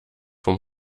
vom